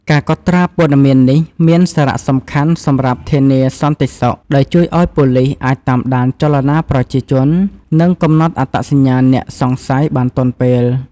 ការកត់ត្រាព័ត៌មាននេះមានសារៈសំខាន់សម្រាប់ ធានាសន្តិសុខ ដោយជួយឱ្យប៉ូលីសអាចតាមដានចលនាប្រជាជន និងកំណត់អត្តសញ្ញាណអ្នកសង្ស័យបានទាន់ពេល។